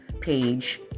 page